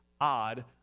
odd